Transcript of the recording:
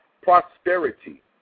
prosperity